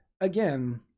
again